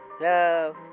love